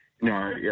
No